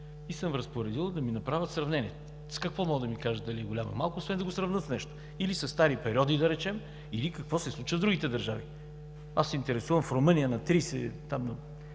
и съм разпоредил да ми направят сравнение. С какво могат да ми кажат дали е голямо, или е малко, освен да го сравнят с нещо – или със стари периоди, да речем, или какво се случва в другите държави? Аз се интересувам: в Румъния – на